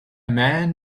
man